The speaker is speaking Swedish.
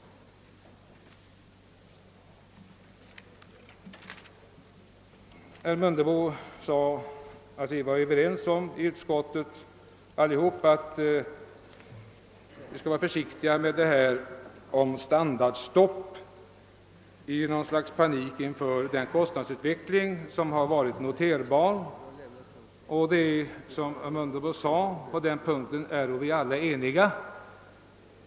Herr Mundebo sade att vi i utskottet var överens om att vi skall vara försiktiga med detta om standardstopp i något slags panik inför den kostnadsutveckling som fidigare var noterbar. Det är riktigt att vi som herr Mundebo sade på den punkten alla är eniga.